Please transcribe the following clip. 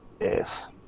yes